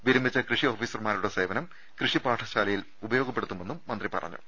വിരമിച്ച കൃഷി ഓഫീസർമാരുടെ സേവനം കൃഷിപാഠശാലയിൽ ഉപയോഗപ്പെടുത്തുമെന്നും മന്ത്രി പറഞ്ഞു